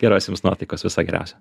geros jums nuotaikos viso geriausio